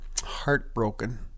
heartbroken